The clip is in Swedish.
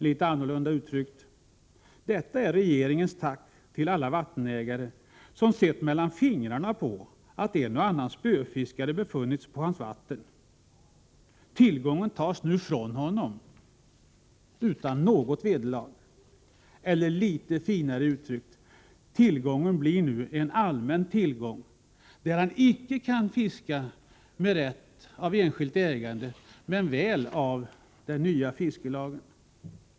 Litet annorlunda uttryckt: Detta är regeringens tack till den vattenägare som sett mellan fingrarna med att en och annan spöfiskare befunnit sig på hans vatten. Tillgången tas nu ifrån honom utan något vederlag. Eller, litet finare uttryckt: tillgången blir nu en allmän tillgång, där han icke kan fiska med rätt av enskilt ägande men väl med stöd av den nya fiskelagen.